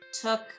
took